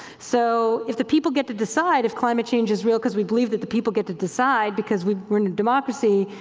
so if the people get to decide if climate change is real cause we believe that the people get to decide because we're in a democracy,